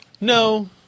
No